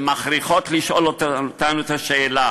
שמכריחות אותנו לשאול את השאלה,